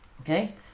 Okay